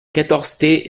quatorze